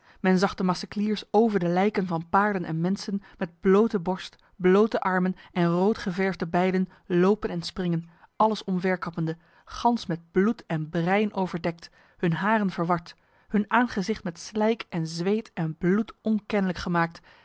men zag de macechers over de lijken van paarden en mensen met blote borst blote armen en roodgeverfde bijlen lopen en springen alles omver kappende gans met bloed en brein overdekt hun haren verward hun aangezicht met slijk en zweet en bloed onkenlijk gemaakt